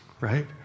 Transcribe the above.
Right